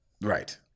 Right